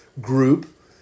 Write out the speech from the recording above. group